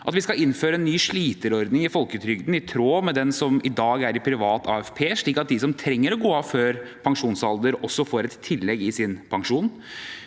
at vi skal innføre en ny sliterordning i folketrygden, i tråd med den som i dag er i privat AFP, slik at de som trenger å gå av før pensjonsalder, også får et tillegg i sin pensjon.